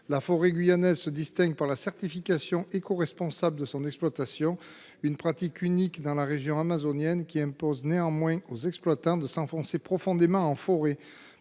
La forêt guyanaise se distingue par la certification écoresponsable de son exploitation, une pratique unique dans la région amazonienne, qui impose aux exploitants de s’enfoncer profondément en forêt.